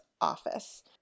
office